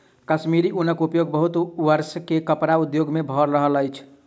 कश्मीरी ऊनक उपयोग बहुत वर्ष सॅ कपड़ा उद्योग में भ रहल अछि